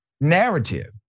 narrative